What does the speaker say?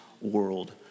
world